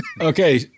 Okay